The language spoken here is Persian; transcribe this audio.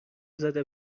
زده